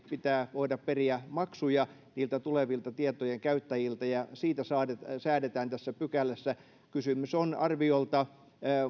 pitää voida periä maksuja niiltä tulevilta tietojen käyttäjiltä ja siitä säädetään säädetään tässä pykälässä kysymys on arviolta